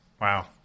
Wow